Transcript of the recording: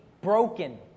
broken